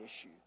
issue